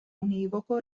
univoco